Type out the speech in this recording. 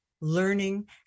learning